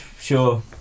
sure